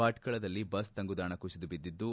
ಭಟ್ಕಳದಲ್ಲಿ bus ತಂಗುದಾಣ ಕುಸಿದು ಬಿದ್ದಿದ್ದು